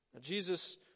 Jesus